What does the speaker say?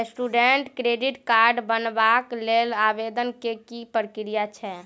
Student credit card बनेबाक लेल आवेदन केँ की प्रक्रिया छै?